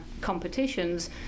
competitions